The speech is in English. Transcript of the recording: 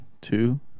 two